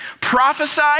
prophesy